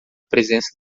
presença